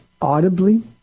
audibly